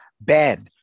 Ben